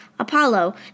Apollo